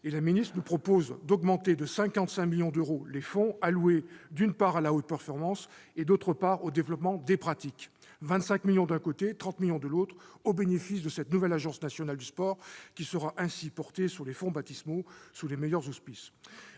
Mme la ministre nous proposent d'augmenter de 55 millions d'euros les fonds alloués, d'une part, à la haute performance, et, d'autre part, au développement des pratiques. Ce sont 25 millions d'euros d'un côté, 30 millions d'euros de l'autre, au bénéfice de la nouvelle agence nationale du sport, qui sera ainsi portée sur les fonts baptismaux sous les meilleurs auspices.